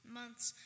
months